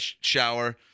shower